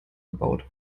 gebaut